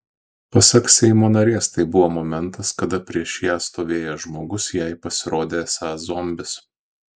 pasak seimo narės tai buvo momentas kada prieš ją stovėjęs žmogus jai pasirodė esąs zombis